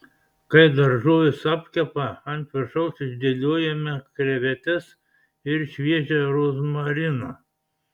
kai daržovės apkepa ant viršaus išdėliojame krevetes ir šviežią rozmariną